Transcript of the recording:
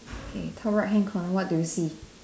k top right hand corner what do you see